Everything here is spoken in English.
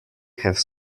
have